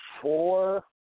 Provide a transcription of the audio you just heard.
four